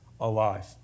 alive